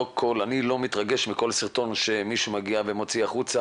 אני לא מתרגש מכל סרטון שמישהו מגיע ומוציא החוצה